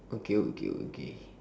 okay okay okay